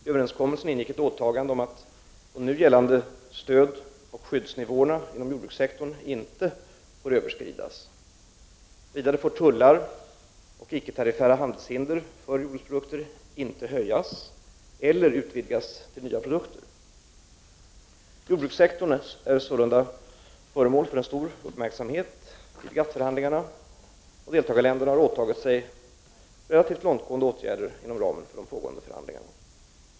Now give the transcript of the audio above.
I överenskommelsen ingick ett åtagande om att nu gällande stödoch skyddsnivåer inom jordbrukssektorn inte får överskridas. Vidare får tullar och icke-tariffära handelshinder för jordbruksprodukter inte höjas eller utvidgas till nya produkter. Jordbrukssektorn är således föremål för en stor uppmärksamhet vid GATT-förhandlingarna, och deltagarländerna har åtagit sig relativt långtgående åtgärder inom ramen för de pågående förhandlingarna.